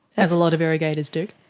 as a lot of irrigators do?